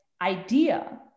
idea